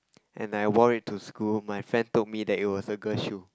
and I wore it to school my friend told me that it was a girl shoe